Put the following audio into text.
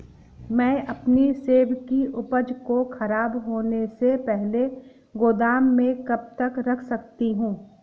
मैं अपनी सेब की उपज को ख़राब होने से पहले गोदाम में कब तक रख सकती हूँ?